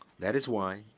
that is why,